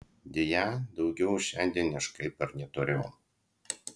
deja daugiau šiandien aš kaip ir neturiu